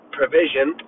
provision